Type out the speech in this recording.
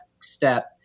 step